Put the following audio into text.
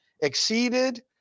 exceeded